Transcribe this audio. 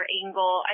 angle